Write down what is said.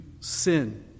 sin